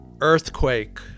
Earthquake